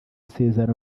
isezerano